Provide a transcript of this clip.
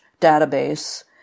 database